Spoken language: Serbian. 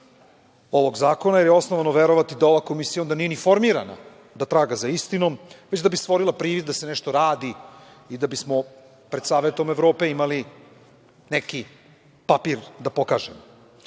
ovog zakona, jer je osnovano verovati da ova komisija onda nije ni formirana da traga za istinom, već da bi stvorila privid da se nešto radi i da bismo pred Savetom Evrope imali neki papir da pokažemo. Roditelji